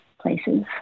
places